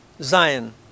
Zion